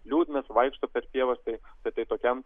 liūdnas vaikšto per pievas tai bet tai tokiam